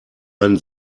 einen